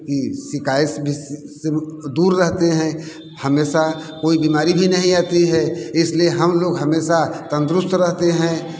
की शिकायत भी दूर रहते हैं हमेशा कोई बीमारी भी नहीं आती है इसलिए हम लोग हमेसा तंदरुस्त रहते हैं